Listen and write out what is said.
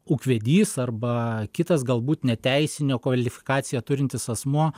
ūkvedys arba kitas galbūt ne teisinio kvalifikaciją turintis asmuo